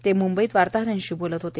ते मुंबईत वार्ताहरांशी बोलत होते